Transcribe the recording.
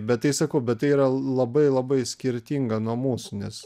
bet tai sakau bet tai yra labai labai skirtinga nuo mūsų nes